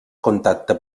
contacte